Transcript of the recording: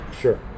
Sure